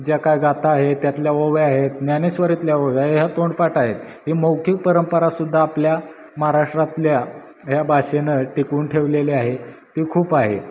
ज्या काय गाथा आहेत त्यातल्या ओव्या आहेत ज्ञानेश्वरितल्या ओव्या ह्या तोंडपाठ आहेत ही मौखीक परंपरा सुद्धा आपल्या महाराष्ट्रातल्या ह्या भाषेनं टिकवून ठेवलेली आहे ती खूप आहे